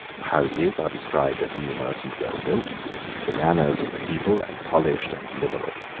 houses are described as numerous and well built the manners of the people as polished and liberal.